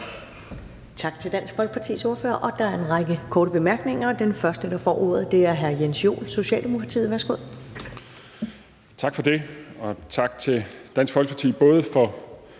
Tak til Dansk Folkepartis ordfører. Der er en række korte bemærkninger, og den første, der får ordet, er hr. Jens Joel, Socialdemokratiet. Værsgo. Kl. 10:55 Jens Joel (S): Tak for det, og tak til Dansk Folkeparti både for